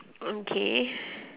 okay